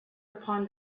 upon